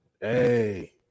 Hey